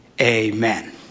Amen